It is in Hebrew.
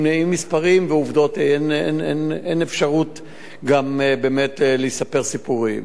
עם מספרים ועובדות אין אפשרות גם באמת לספר סיפורים.